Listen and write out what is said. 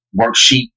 worksheet